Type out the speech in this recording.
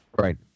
Right